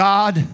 God